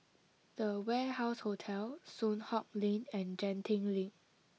the Warehouse Hotel Soon Hock Lane and Genting Link